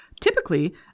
Typically